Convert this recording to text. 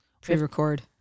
pre-record